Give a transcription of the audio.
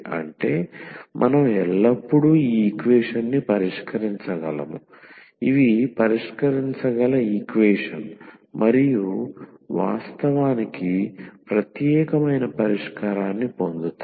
అంటే మనం ఎల్లప్పుడూ ఈ ఈక్వేషన్ని పరిష్కరించగలము ఇవి పరిష్కరించగల ఈక్వేషన్ మరియు వాస్తవానికి ప్రత్యేకమైన పరిష్కారాన్ని పొందుతాయి